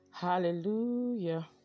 hallelujah